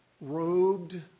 robed